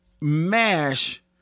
MASH